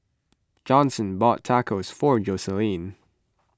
Johnson bought Tacos for Jocelyne